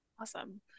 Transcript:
Awesome